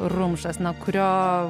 rumšas na kurio